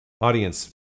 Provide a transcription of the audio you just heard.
audience